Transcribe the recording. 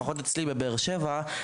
לפחות אצלי בבאר שבע,